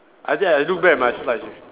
I think I look back my slides